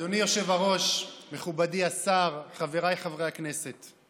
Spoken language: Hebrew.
אדוני היושב-ראש, מכובדי השר, חבריי חברי הכנסת,